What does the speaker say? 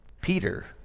Peter